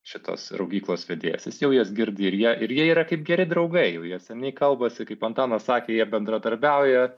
šitos raugyklos vedėjas jis jau jas girdi ir jie ir jie yra kaip geri draugai jau jie seniai kalbasi kaip antanas sakė jie bendradarbiauja